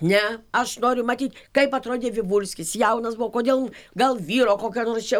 ne aš noriu matyt kaip atrodė vivulskis jaunas buvo kodėl gal vyro kokio nors čia